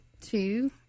two